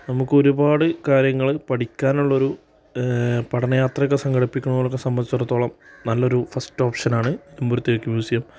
നമുക്ക് ഒരുപാട് കാര്യങ്ങൾ പഠിക്കാൻ ഉള്ളൊരു പഠന യാത്രയൊക്കെ സംഘടിപ്പിക്കണവർക്ക് സംബന്ധിച്ചെടുത്തോളം നല്ലൊരു ഫസ്റ്റ് ഓപ്ഷനാണ് നിലമ്പൂർ തേക്ക് മ്യൂസിയം